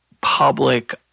public